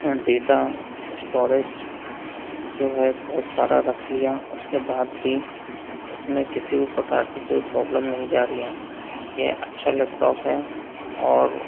data storage जो है बहुत सारा रख लिया उसके बाद भी उसमें किसी भी प्रकार की कोई प्रॉब्लम नहीं जा रही है यह अच्छा लैपटॉप है और